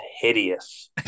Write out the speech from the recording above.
hideous